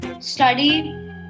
study